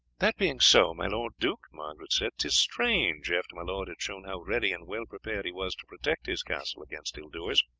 that being so, my lord duke, margaret said, tis strange, after my lord had shown how ready and well prepared he was to protect his castle against ill-doers,